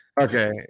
Okay